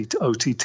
OTT